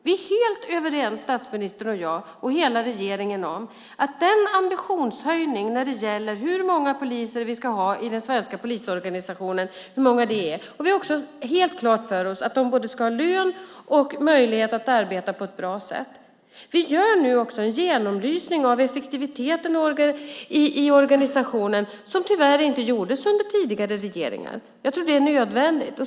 Vi är helt överens, statsministern och jag och hela regeringen, om ambitionshöjningen vad gäller hur många poliser vi ska ha i den svenska polisorganisationen. Vi har också helt klart för oss att poliserna ska ha både lön och möjlighet att arbeta på ett bra sätt. Vi gör en genomlysning av effektiviteten i organisationen, som tyvärr inte gjordes under tidigare regeringar. Jag tror att det är nödvändigt.